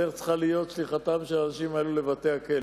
הדרך צריכה להיות שליחתם של האנשים האלו לבתי-הכלא,